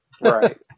right